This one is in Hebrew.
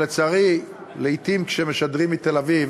כי, לצערי, לעתים כשמשדרים מתל-אביב